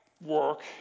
work